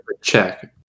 Check